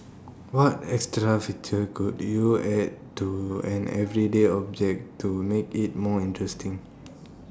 what extra feature could you add to an everyday object to make it more interesting